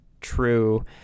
true